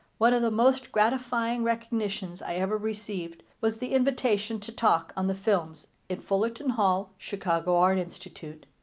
one of the most gratifying recognitions i ever received was the invitation to talk on the films in fullerton hall, chicago art institute.